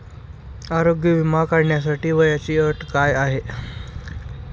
आरोग्य विमा काढण्यासाठी वयाची अट काय आहे?